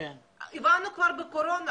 הבנו כבר בקורונה.